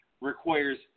requires